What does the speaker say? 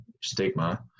stigma